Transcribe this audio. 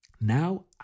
Now